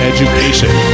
Education